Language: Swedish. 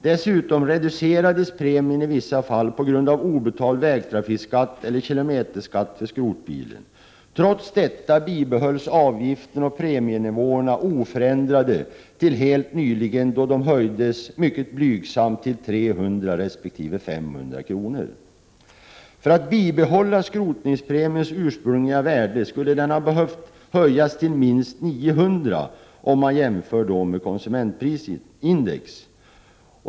Dessutom reducerades premien i vissa fall på grund av obetald vägtrafikskatt eller kilometerskatt för skrotbilen. Trots detta bibehölls premieoch avgiftsnivåerna oförändrade till helt nyligen, då de höjdes mycket blygsamt till 500 kr. resp. 300 kr. För att bibehålla skrotningspremiens ursprungliga värde skulle den ha behövt höjas till minst 900 kr., om man jämför med konsumentprisindex.